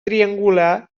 triangular